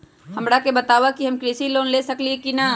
हमरा के बताव कि हम कृषि लोन ले सकेली की न?